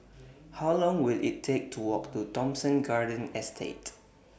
How Long Will IT Take to Walk to Thomson Garden Estate